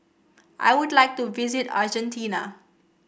I would like to visit Argentina